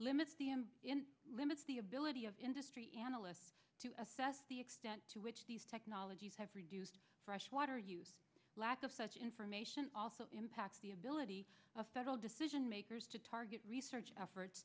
limits in limits the ability of industry analysts to assess the extent to which these technologies have reduced fresh water you lack of such information also impacts the ability of federal decision makers to target research effort